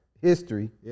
history